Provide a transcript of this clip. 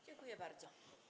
Dziękuję bardzo.